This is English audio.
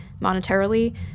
monetarily